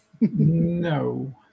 no